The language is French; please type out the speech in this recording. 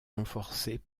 renforcés